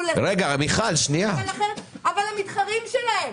אבל הם מתחרים שלהם.